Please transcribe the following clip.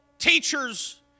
Teachers